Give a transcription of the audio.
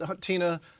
Tina